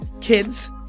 kids